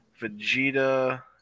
Vegeta